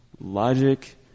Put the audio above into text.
Logic